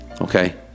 okay